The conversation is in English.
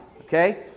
okay